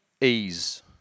Ease